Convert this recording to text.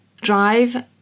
Drive